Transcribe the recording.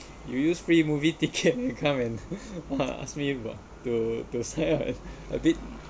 you use free movie ticket come and ask me to sign up a bit